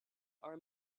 are